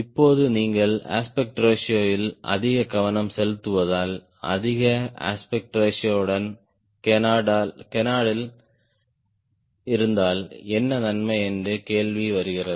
இப்போது நீங்கள் aspect ratio ல் அதிக கவனம் செலுத்துவதால் அதிக அஸ்பெக்ட் ரேஷியோ டன் கேனார்ட்ல் இருந்தால் என்ன நன்மை என்று கேள்வி வருகிறது